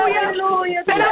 hallelujah